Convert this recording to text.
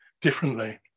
differently